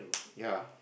yea